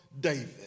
David